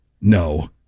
No